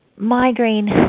Migraine